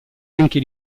anche